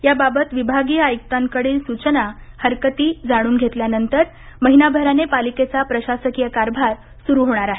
या गावाबाबत विभागीय आयुक्तांकडील सूचना हरकती जाणून घेतल्यानंतर महिनाभराने महापालिकेचा प्रशासकीय कारभार सुरू होणार आहे